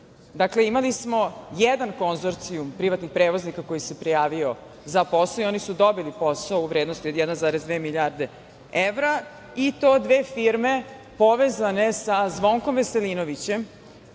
posao. Dakle, imali smo jedan konzorcijum privatnih prevoznika koji se prijavio za posao i oni su dobili posao u vrednosti od 1,2 milijarde evra, i to dve firme povezane sa Zvonkom Veselinovićem,